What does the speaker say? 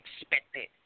expected